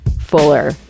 fuller